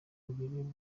babiri